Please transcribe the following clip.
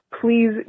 please